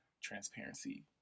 transparency